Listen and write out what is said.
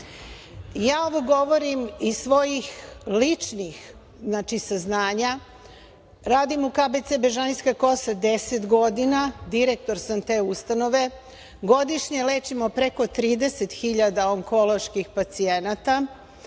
ovo govorim iz svojih ličnih saznanja, radim u KBC Bežanijska kosa 10 godina, direktor sam te ustanove, godišnje lečimo preko 30.000 onkoloških pacijenata,